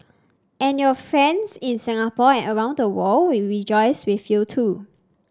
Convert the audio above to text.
and your friends in Singapore and around the world will rejoice with you too